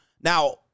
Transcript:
Now